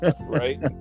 Right